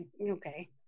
Okay